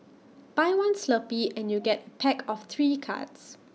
buy one Slurpee and you get A pack of three cards